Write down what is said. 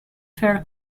fair